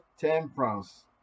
temperance